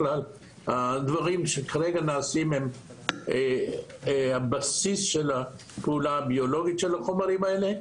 והדברים שכרגע נעשים הם הבסיס של הפעולה הביולוגית של החומרים האלה,